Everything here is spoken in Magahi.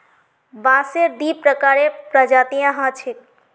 बांसेर दी प्रकारेर प्रजातियां ह छेक